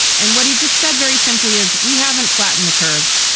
and what he just said very simply is we haven't flatten the curve.